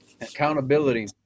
Accountability